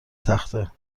تخته